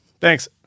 Thanks